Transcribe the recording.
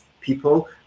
people